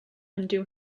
undo